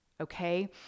okay